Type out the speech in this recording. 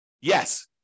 Yes